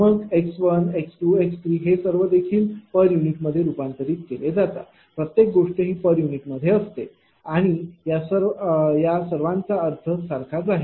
मग x1 x2 x3हे सर्व पर युनिटमध्ये रूपांतरित केले जातात प्रत्येक गोष्ट ही पर युनिटमध्ये असते आणि या सर्व सर्वांचा अर्थ सारखाच आहे